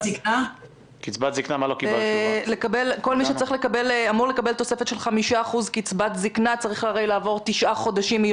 כל מי שאמור לקבל תוספת של 5% לקצבת זקנה צריך הרי לעבור תשעה חודשים.